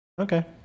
Okay